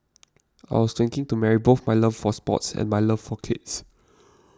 I was thinking to marry both my love for sports and my love for kids